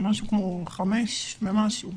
משהו כמו חמש ומשהו שנים.